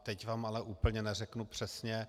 Teď vám ale úplně neřeknu přesně.